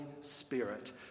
Spirit